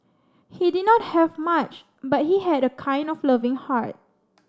he did not have much but he had a kind of loving heart